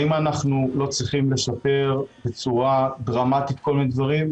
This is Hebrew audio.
האם אנחנו לא צריכים לשפר בצורה דרמטית כל מיני דברים?